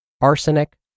arsenic